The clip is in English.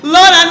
Lord